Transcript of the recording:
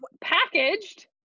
packaged